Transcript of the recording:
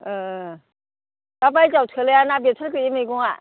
ओ दाबायदियाव थोलायाना बोथोर गैयि मैगङा